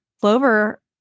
Clover